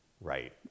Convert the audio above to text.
Right